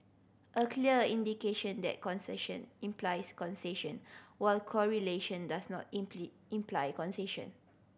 a clear indication that causation implies causation while correlation does not imply causation